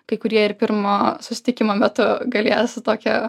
kai kurie ir pirmo susitikimo metu galės tokią